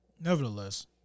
Nevertheless